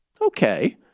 Okay